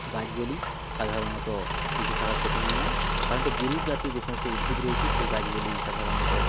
গাছগুলি সাধারণত বেঁচে থাকা কঠিন হয় না সাধারণত বিরুৎ জাতীয় যে সমস্ত উদ্ভিদ রয়েছে সেই গাছগুলি সাধারণত